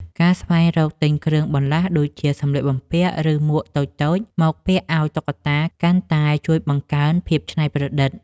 ការស្វែងរកទិញគ្រឿងបន្លាស់ដូចជា សម្លៀកបំពាក់ ឬមួកតូចៗមកពាក់ឱ្យតុក្កតា កាន់តែជួយបង្កើនភាពច្នៃប្រឌិត។